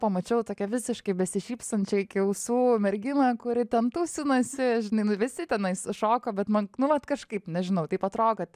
pamačiau tokią visiškai besišypsančią iki ausų merginą kuri ten tūsinasi žinai nu visi tenais šoko bet man nu vat kažkaip nežinau taip atrodo kad